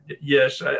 Yes